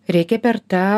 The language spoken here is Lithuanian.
reikia per tą